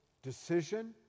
Decision